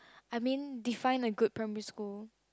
I mean define a good primary school